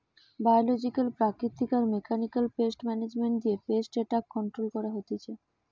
biological প্রাকৃতিক আর mechanical pest management দিয়ে পেস্ট এট্যাক কন্ট্রোল করা হতিছে